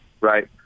right